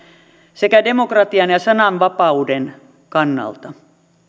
sekä demokratian ja sananvapauden kannalta